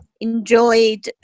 enjoyed